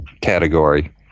category